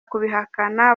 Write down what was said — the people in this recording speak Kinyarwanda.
kubihakana